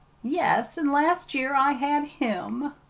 yes. and last year i had him!